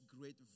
great